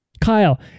Kyle